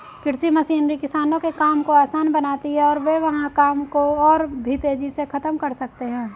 कृषि मशीनरी किसानों के काम को आसान बनाती है और वे वहां काम को और भी तेजी से खत्म कर सकते हैं